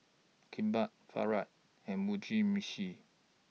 Kimbap Falafel and Mugi Meshi